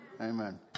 amen